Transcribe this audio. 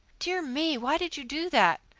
dear me, why did you do that?